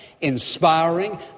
inspiring